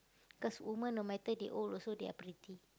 cause women no matter they old also they are pretty